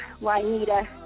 Juanita